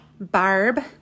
Barb